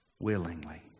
willingly